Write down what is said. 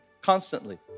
constantly